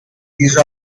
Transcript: these